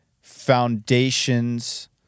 foundations